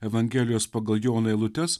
evangelijos pagal joną eilutes